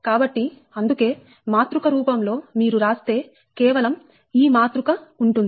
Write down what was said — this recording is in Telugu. కాబట్టి అందుకే మాతృక రూపం లో మీరు రాస్తే కేవలం ఈ మాతృక ఉంటుంది